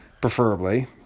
preferably